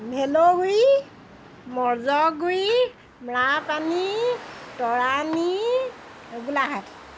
ভেলৌ গুৰি মজ গুৰি মেৰাপানী তৰাণী গোলাঘাট